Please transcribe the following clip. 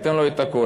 אתן לך את הכול,